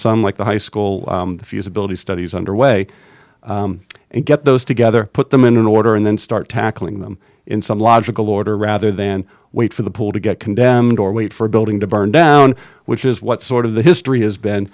some like the high school the feasibility studies underway and get those together put them in an order and then start tackling them in some logical order rather than wait for the poll to get condemned or wait for a building to burn down which is what sort of the history has